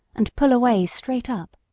and pull away straight up.